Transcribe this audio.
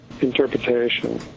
interpretation